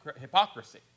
hypocrisy